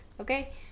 okay